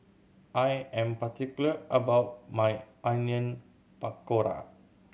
I am particular about my Onion Pakora